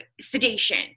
sedation